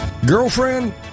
Girlfriend